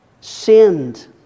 sinned